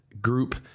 group